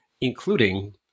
including